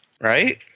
right